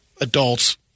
adults